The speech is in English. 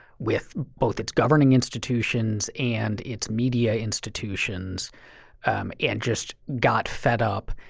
with both its governing institutions and its media institutions and just got fed up.